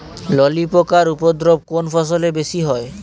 ললি পোকার উপদ্রব কোন ফসলে বেশি হয়?